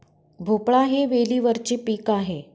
भोपळा हे वेलीवरचे पीक आहे